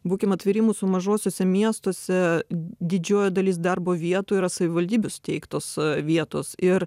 būkim atviri mūsų mažuosiuose miestuose didžioji dalis darbo vietų yra savivaldybių steigtos vietos ir